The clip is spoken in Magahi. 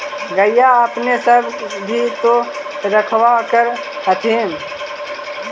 गईया अपने सब भी तो रखबा कर होत्थिन?